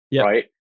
right